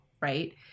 right